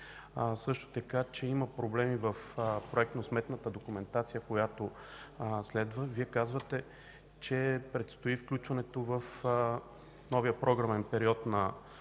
Също така, че има проблеми в проектно-сметната документация, която следва. Вие казахте, че предстои включването в новия програмен период на